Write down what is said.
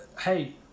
hey